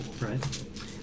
right